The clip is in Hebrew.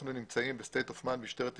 אנחנו נמצאים ב-סטייט אוף מיינד, משטרת ישראל,